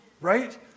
Right